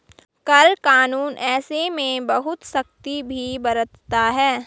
कर कानून ऐसे में बहुत सख्ती भी बरतता है